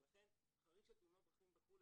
ולכן חריג של תאונות דרכים בחו"ל,